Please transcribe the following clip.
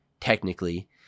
technically